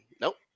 Nope